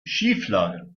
schieflage